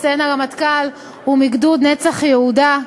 מצטיין הרמטכ"ל, הוא מגדוד "נצח יהודה",